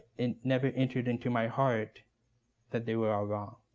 it never entered into my heart that they were all wrong.